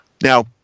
Now